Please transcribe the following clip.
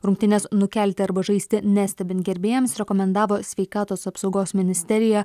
rungtynes nukelti arba žaisti nestebint gerbėjams rekomendavo sveikatos apsaugos ministerija